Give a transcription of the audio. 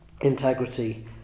integrity